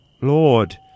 Lord